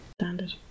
Standard